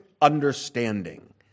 understanding